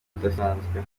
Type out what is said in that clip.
udasanzwe